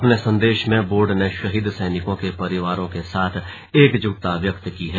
अपने संदेश में बोर्ड ने शहीद सैनिकों के परिवारों के साथ एकजुटता व्यक्त की है